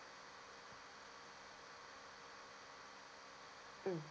mm